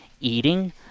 eating